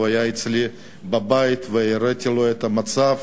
הוא היה אצלי בבית והראיתי לו את המצב,